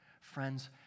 Friends